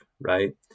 right